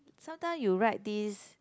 sometime you write this